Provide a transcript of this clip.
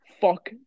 fuck